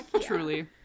Truly